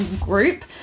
group